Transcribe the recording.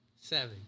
Seven